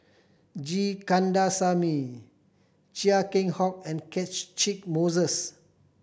G Kandasamy Chia Keng Hock and Catchick Moses